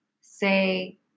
say